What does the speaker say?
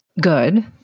Good